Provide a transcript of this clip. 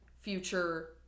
future